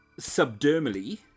subdermally